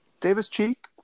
Davis-Cheek